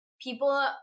people